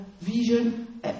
vision